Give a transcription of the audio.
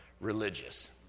religious